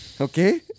Okay